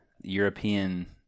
European